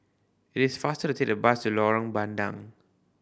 it is faster to take the bus to Lorong Bandang